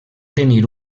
tenir